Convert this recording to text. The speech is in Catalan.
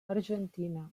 argentina